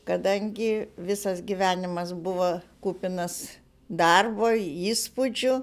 kadangi visas gyvenimas buvo kupinas darbo įspūdžių